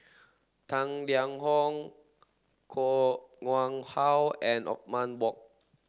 Tang Liang Hong Koh Nguang How and Othman Wok